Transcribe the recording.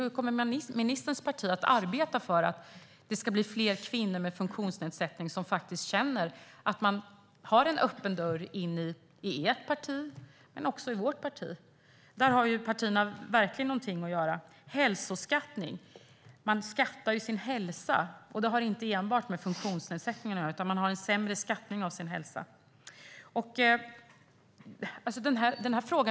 Hur kommer ministerns parti att arbeta för att fler kvinnor med funktionsnedsättning ska känna att det finns en öppen dörr in i ert parti men också vårt parti? Där har partierna verkligen något att göra. När det gäller hälsoskattning - man skattar ju sin hälsa - har man också en sämre skattning av sin hälsa. Det kan inte enbart förklaras av funktionsnedsättning.